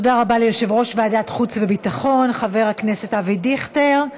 תודה רבה ליושב-ראש ועדת החוץ והביטחון חבר הכנסת אבי דיכטר.